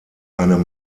eine